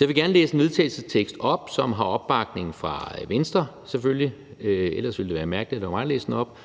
Jeg vil gerne læse en vedtagelsestekst op, som har opbakning fra Venstre, selvfølgelig – ellers ville det være mærkeligt, at det var mig, der læste den op –